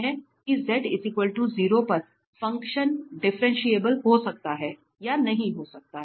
कि z 0 पर function differentiable हो सकता है या नहीं भी हो सकता है